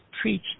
preach